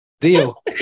Deal